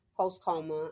post-coma